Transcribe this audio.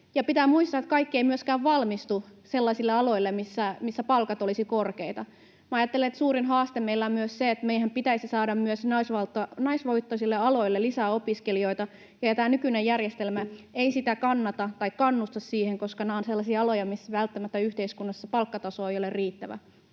pitää muistaa, että kaikki eivät myöskään valmistu sellaisille aloille, missä palkat olisivat korkeita. Minä ajattelen, että suurin haaste meillä on myös se, että meidän pitäisi saada myös naisvoittoisille aloille lisää opiskelijoita, ja tämä nykyinen järjestelmä ei kannusta siihen, koska nämä ovat sellaisia aloja, missä välttämättä yhteiskunnassa palkkataso ei ole riittävä.